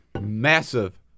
massive